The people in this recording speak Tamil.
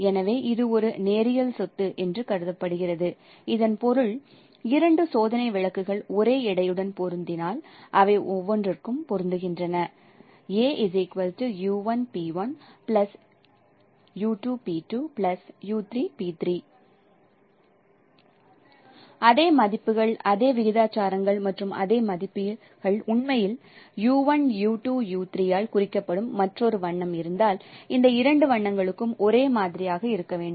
எனவே இது ஒரு நேரியல் சொத்து என்று கருதப்படுகிறது இதன் பொருள் இரண்டு சோதனை விளக்குகள் ஒரே எடையுடன் பொருந்தினால் அவை ஒவ்வொன்றிற்கும் பொருந்துகின்றன அதே மதிப்புகள் அதே விகிதாச்சாரங்கள் மற்றும் அதே மதிப்புகள் உண்மையில் u1 u2 u3 ஆல் குறிப்பிடப்படும் மற்றொரு வண்ணம் இருந்தால் இந்த இரண்டு வண்ணங்களும் ஒரே மாதிரியாக இருக்க வேண்டும்